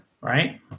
right